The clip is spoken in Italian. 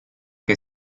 che